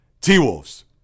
T-Wolves